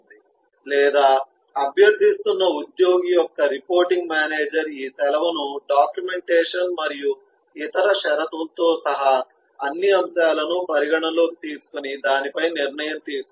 లేదా అభ్యర్థిస్తున్న ఉద్యోగి యొక్క రిపోర్టింగ్ మేనేజర్ ఈ సెలవును డాక్యుమెంటేషన్ మరియు ఇతర షరతులతో సహా అన్ని అంశాలను పరిగణనలోకి తీసుకొని దానిపై నిర్ణయం తీసుకోవాలి